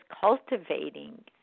cultivating